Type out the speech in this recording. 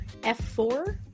F4